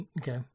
Okay